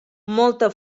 molta